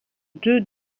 deux